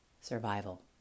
survival